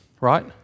Right